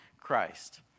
Christ